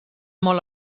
molt